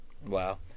wow